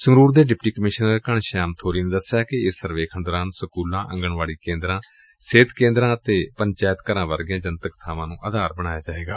ਸੰਗਰੂਰ ਦੇ deputy commissioner Ghanshyam Bori ਨੇ ਦਸਿਆ ਕਿ ਇਸ ਸਰਵੇਖਣ ਦੌਰਾਨ ਸਕੁਲਾ ਆਂਗਣਵਾੜੀ ਕੇਂਦਰਾਂ ਸਿਹਤ ਕੇਂਦਰਾਂ ਅਤੇ ਪੰਚਾਇਤ ਘਰਾਂ ਵਰਗੀਆਂ ਜਨਤਕ ਬਾਵਾਂ ਨੂੰ ਆਧਾਰ ਬਣਾਇਆ ਜਾਏਗਾ